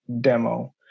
demo